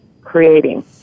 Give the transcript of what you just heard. creating